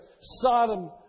Sodom